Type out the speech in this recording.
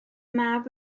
mab